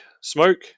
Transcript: smoke